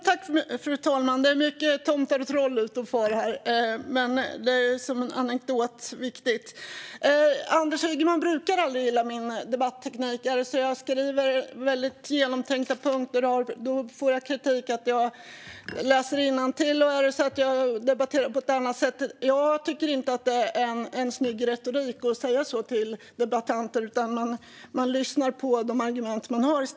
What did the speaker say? Fru talman! Det är mycket tomtar och troll ute och far här, men som anekdot är detta viktigt. Anders Ygeman brukar aldrig gilla min debatteknik. Är det så att jag skriver väldigt genomtänkta punkter får jag kritik för att jag läser innantill. Är det så att jag debatterar på ett annat sätt får jag kritik för det. Jag tycker inte att det är en snygg retorik att säga så till debattanter. Man bör i stället lyssna på de argument som framförs.